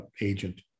agent